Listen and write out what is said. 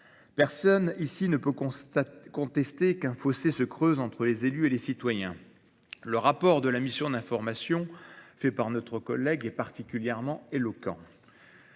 Personne ici ne peut contester qu'un fossé se creuse entre les élus et les citoyens. Le rapport de la mission d'information fait par notre collègue est particulièrement éloquent.